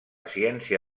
ciència